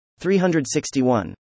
361